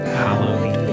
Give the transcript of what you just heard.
hallowed